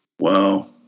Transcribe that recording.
Wow